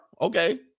Okay